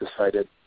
decided